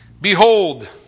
Behold